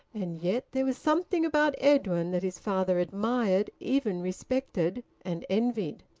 and yet there was something about edwin that his father admired, even respected and envied.